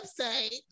website